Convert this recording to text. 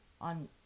on